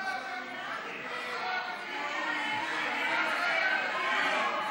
חוק איסור הפליה בדיור,